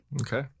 Okay